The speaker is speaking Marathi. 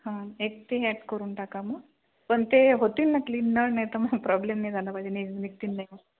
हा एक ते ॲड करून टाका मग पण ते होतील ना क्लीन नळ नाहीतर मग काही प्रोब्लेम नाही झाला पाहिजे नि निघतील नाही